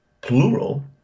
plural